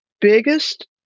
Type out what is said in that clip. biggest